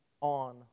on